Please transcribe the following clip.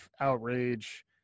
outrage